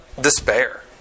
despair